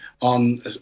on